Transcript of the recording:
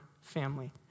family